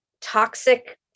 toxic